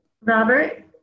robert